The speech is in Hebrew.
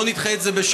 בואי נדחה את זה בשבוע.